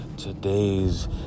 Today's